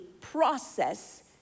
process